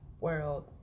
world